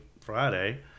Friday